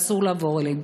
ואסור לעבור עליהם.